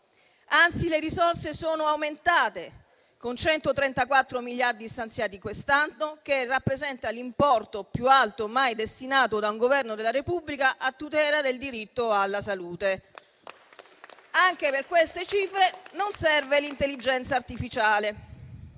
Anzi, le risorse sono aumentate, con 134 miliardi stanziati quest'anno, che rappresentano l'importo più alto mai destinato da un Governo della Repubblica a tutela del diritto alla salute. Anche per queste cifre non serve l'intelligenza artificiale.